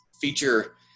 feature